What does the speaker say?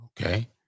okay